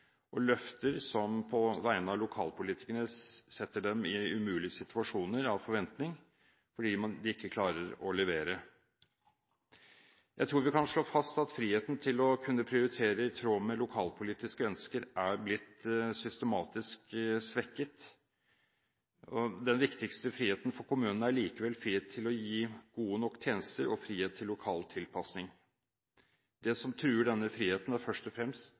og løfter på vegne av lokalpolitikerne som setter dem i en umulig situasjon av forventninger, fordi de ikke klarer å levere. Jeg tror vi kan slå fast at friheten til å kunne prioritere i tråd med lokalpolitiske ønsker er blitt systematisk svekket. Den viktigste friheten for kommunene er likevel frihet til å gi gode nok tjenester og frihet til lokal tilpasning. Det som truer denne friheten, er først og fremst